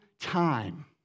time